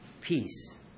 peace